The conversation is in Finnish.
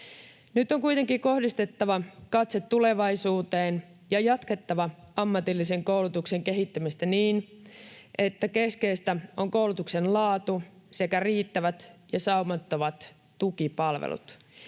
Nyt on kuitenkin kohdistettava katse tulevaisuuteen ja jatkettava ammatillisen koulutuksen kehittämistä niin, että keskeistä ovat koulutuksen laatu sekä riittävät ja saumattomat tukipalvelut.